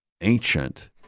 ancient